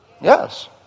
Yes